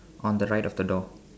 on the right of the door